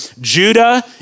Judah